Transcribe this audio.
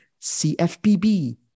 CFPB